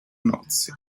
nozze